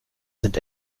sind